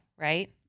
right